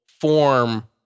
form